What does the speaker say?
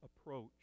approach